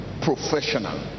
professional